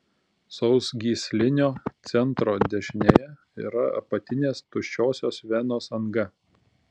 sausgyslinio centro dešinėje yra apatinės tuščiosios venos anga